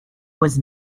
was